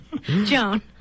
Joan